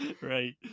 Right